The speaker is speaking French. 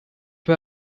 peu